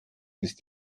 ist